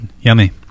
Yummy